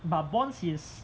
but bond is